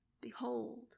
Behold